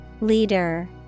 Leader